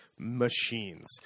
machines